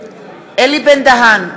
אלי בן דהן,